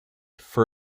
for